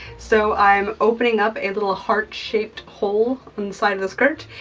so, i'm opening up a little heart-shaped hole inside of the skirt,